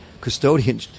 custodian